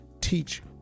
teach